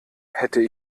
hätte